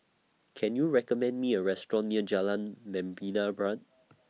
Can YOU recommend Me A Restaurant near Jalan Membina Barat